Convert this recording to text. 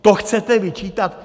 To chcete vyčítat?